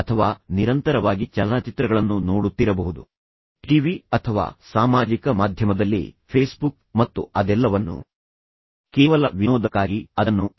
ನಮ್ಮ ಸ್ವಂತ ತಪ್ಪುಗಳನ್ನು ನೋಡದೆ ಅವರು ಹೇಳೋದೇನೆಂದರೆ ಈಗ ನೀವು ಮಿಸ್ಟರ್ ಬಿ ಬಳಿ ಹೋಗುತ್ತೀರಿ ಎಂದು ಭಾವಿಸೋಣ ಅವರು ನಿಮಗೆ ಸತ್ಯ ಮತ್ತು ಸುಳ್ಳಿನ ಸಮಾನ ಮಿಶ್ರಣವನ್ನು ಹೊಂದಿರುವ ಮಿಸ್ಟರ್ ಎ ಅವರ ದುರ್ಗುಣಗಳ ನಿಖರವಾದ ಹೋಲಿಕೆಯ ಪಟ್ಟಿಯನ್ನು ನೀಡುತ್ತಾರೆ